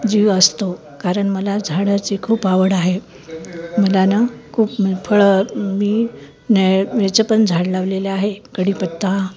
जीव असतो कारण मला झाडाची खूप आवड आहे मला नं खूप फळं मी न्या ह्याचं पण झाड लावलेलं आहे कढीपत्ता